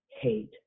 hate